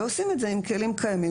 ועושים את זה עם כלים קיימים,